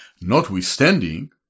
Notwithstanding